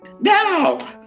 Now